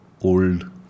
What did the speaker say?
old